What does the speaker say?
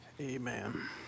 Amen